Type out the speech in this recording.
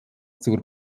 zur